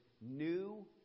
new